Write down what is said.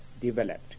developed